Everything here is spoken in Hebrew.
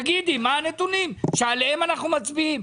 ותגידי מהם הנתונים שעליהם אנחנו מצביעים.